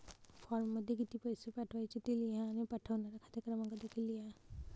फॉर्ममध्ये किती पैसे पाठवायचे ते लिहा आणि पाठवणारा खाते क्रमांक देखील लिहा